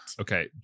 Okay